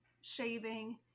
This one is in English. shaving